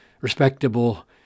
respectable